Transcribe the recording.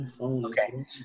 Okay